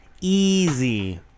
easy